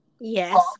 Yes